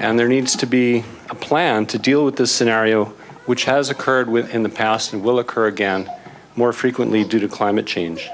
and there needs to be a plan to deal with this scenario which has occurred within the past and will occur again more frequently due to climate change